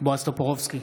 בועז טופורובסקי,